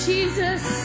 Jesus